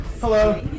Hello